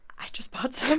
i just bought some